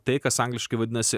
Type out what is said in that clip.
tai kas angliškai vadinasi